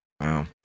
Wow